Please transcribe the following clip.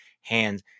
hands